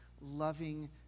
loving